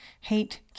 Hate